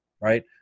right